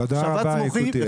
שבץ מוחי,